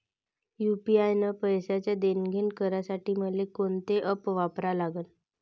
UPI न पैशाचं देणंघेणं करासाठी मले कोनते ॲप वापरा लागन?